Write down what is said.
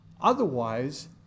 Otherwise